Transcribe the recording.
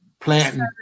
planting